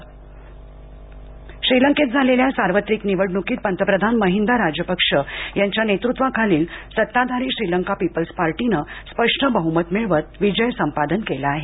श्रीलंका निवडणूक श्रीलंकेत झालेल्या सार्वत्रिक निवडणुकीत पंतप्रधान महिंदा राजपक्ष यांच्या नेतृत्वाखालील सत्ताधारी श्रीलंका पीपल्स पार्टीनं स्पष्ट बह्मत मिळवत विजय संपादन केला आहे